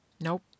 Nope